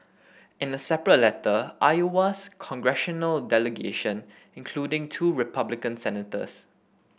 in a separate letter Iowa's congressional delegation including two Republican senators